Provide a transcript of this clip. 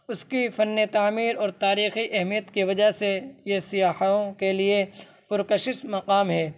اس کی فن تعمیر اور تاریخی اہمیت کی وجہ سے یہ سیاحوں کے لیے پرکشش مقام ہے